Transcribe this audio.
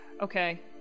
okay